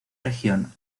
región